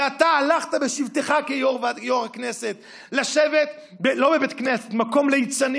ואתה הלכת בשבתך כיו"ר הכנסת לשבת לא בבית כנסת,